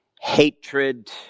hatred